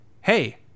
hey